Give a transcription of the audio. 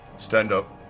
stand up?